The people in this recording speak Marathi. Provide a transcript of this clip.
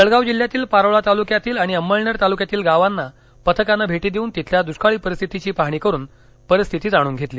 जळगाव जिल्ह्यातील पारोळा तालुक्यातील आणि अंमळनेर तालुक्यातील गावांना पथकानं भेटी देऊन तिथल्या दुष्काळी परिस्थितीची पाहणी करून परिस्थिती जाणून घेतली